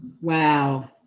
Wow